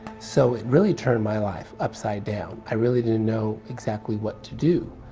so it really turned my life upside down. i really didn't know exactly what to do.